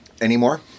anymore